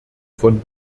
von